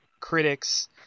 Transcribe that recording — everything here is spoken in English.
critics